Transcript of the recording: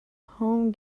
home